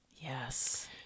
Yes